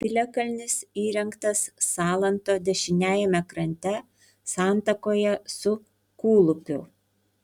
piliakalnis įrengtas salanto dešiniajame krante santakoje su kūlupiu